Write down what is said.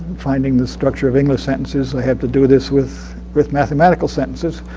finding the structure of english sentences, i had to do this with with mathematical sentences.